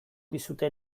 dizute